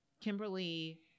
Kimberly